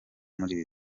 muri